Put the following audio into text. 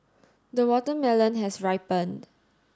the watermelon has ripened